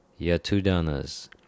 Yatudanas